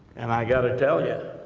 and i got to tell you,